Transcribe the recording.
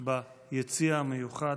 ביציע המיוחד,